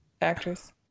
actress